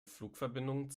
flugverbindung